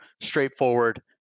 straightforward